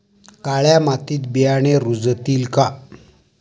काळ्या मातीत बियाणे रुजतील का?